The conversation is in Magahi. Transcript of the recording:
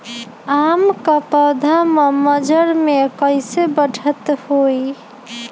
आम क पौधा म मजर म कैसे बढ़त होई?